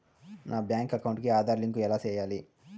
నా bank account కి Aadhaar link ఎలా సేయాలి